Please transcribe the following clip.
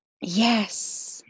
yes